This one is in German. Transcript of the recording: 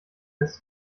des